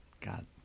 God